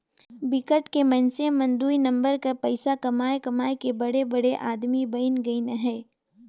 बिकट के मइनसे मन दुई नंबर कर पइसा कमाए कमाए के बड़े बड़े आदमी बइन गइन अहें